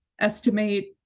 estimate